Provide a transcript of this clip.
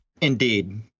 indeed